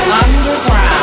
underground